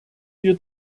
wir